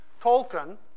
Tolkien